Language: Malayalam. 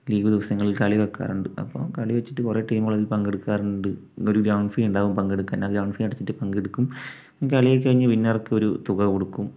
ലീവ് ദിവസങ്ങളിൽ കളി വയ്ക്കാറുണ്ട് അപ്പം കളി വച്ചിട്ട് കുറെ ടീമുകൾ അതിൽ പങ്കെടുക്കാറുണ്ട് ഒരു ഗ്രൗണ്ട് ഫീ ഉണ്ടാവും പങ്കെടുക്കാൻ ആ ഗ്രൗണ്ട് ഫീ അടച്ചിട്ട് പങ്കെടുക്കും കളിയൊക്കെ കഴിഞ്ഞ് വിന്നർക്ക് ഒരു തുക കൊടുക്കും